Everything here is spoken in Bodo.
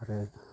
आरो